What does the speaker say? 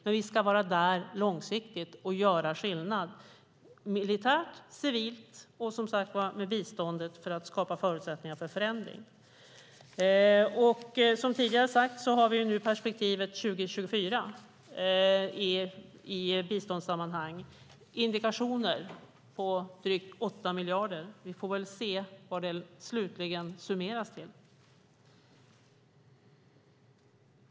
Men vi ska vara där långsiktigt och göra skillnad - militärt, civilt och med biståndet för att skapa förutsättningar för förändring. Som tidigare sagts har vi nu perspektivet 2024 i biståndssammanhang. Det är indikationer på drygt 8 miljarder. Vi får väl se vad det slutligen summeras till.